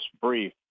brief